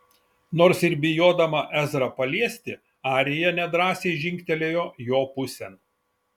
nors ir bijodama ezrą paliesti arija nedrąsiai žingtelėjo jo pusėn